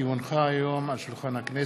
כי הונחה היום על שולחן הכנסת,